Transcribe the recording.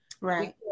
Right